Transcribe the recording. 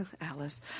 Alice